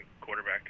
quarterback